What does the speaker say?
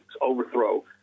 overthrow